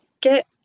get